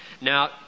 Now